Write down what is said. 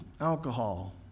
alcohol